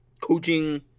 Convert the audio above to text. coaching